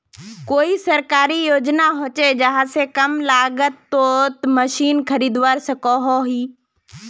कोई सरकारी योजना होचे जहा से कम लागत तोत मशीन खरीदवार सकोहो ही?